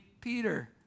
Peter